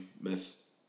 myth